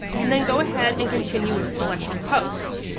and then go ahead and continue with selected posts.